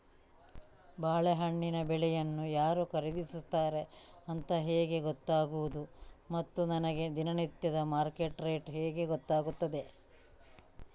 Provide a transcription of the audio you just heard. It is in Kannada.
ಬಾಳೆಹಣ್ಣಿನ ಬೆಳೆಯನ್ನು ಯಾರು ಖರೀದಿಸುತ್ತಾರೆ ಅಂತ ಹೇಗೆ ಗೊತ್ತಾಗುವುದು ಮತ್ತು ನನಗೆ ದಿನನಿತ್ಯದ ಮಾರ್ಕೆಟ್ ರೇಟ್ ಹೇಗೆ ಗೊತ್ತಾಗುತ್ತದೆ?